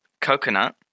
Coconut